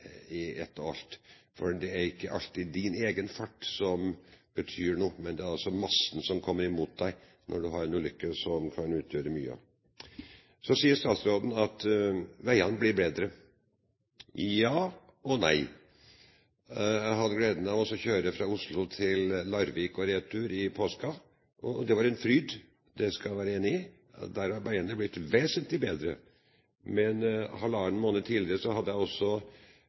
etter min oppfatning – ikke helt basert på virkelighet i ett og alt. For det er ikke alltid din egen fart som betyr noe under en ulykke, men det er massen som kommer imot deg, som utgjør mye. Så sier statsråden at veiene blir bedre. Ja, og nei. Jeg hadde gleden av å kjøre fra Oslo til Larvik og tilbake i påsken, og det var en fryd, det skal jeg være enig i. Der har veiene blitt vesentlig bedre. Men halvannen måned tidligere hadde jeg